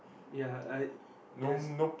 ya uh there's